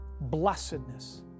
blessedness